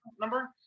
number